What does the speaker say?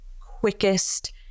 quickest